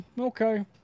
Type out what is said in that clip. okay